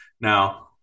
Now